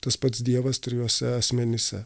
tas pats dievas trijuose asmenyse